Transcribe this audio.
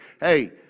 hey